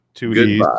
Goodbye